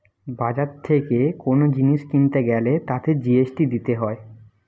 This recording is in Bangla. বাজার থেকে কোন জিনিস কিনতে গ্যালে তাতে জি.এস.টি দিতে হয়